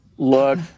Look